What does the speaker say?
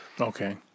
okay